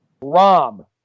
ROM